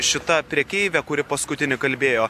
šita prekeivė kuri paskutinė kalbėjo